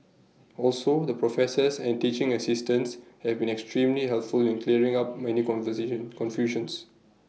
also the professors and teaching assistants have been extremely helpful in clearing up many conversation confusions